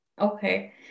okay